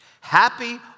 Happy